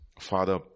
Father